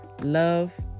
love